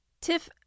Tiff